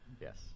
Yes